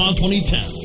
2010